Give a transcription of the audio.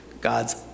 God's